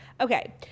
Okay